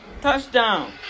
Touchdown